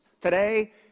today